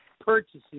purchasing